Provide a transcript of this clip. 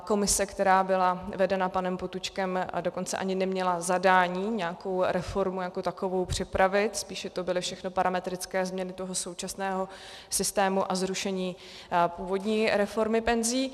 Komise, která byla vedena panem Potůčkem, dokonce ani neměla zadání nějakou reformu jako takovou připravit, spíše to byly všechno parametrické změny toho současného systému a zrušení původní reformy penzí.